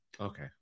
okay